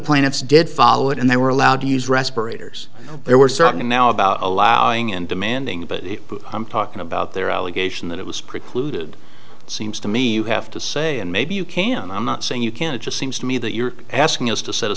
planets did follow it and they were allowed to use respirators there were certain now about allowing and demanding but i'm talking about their allegation that it was precluded it seems to me you have to say and maybe you can i'm not saying you can't it just seems to me that you're asking us to set a